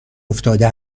افتاده